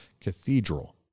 Cathedral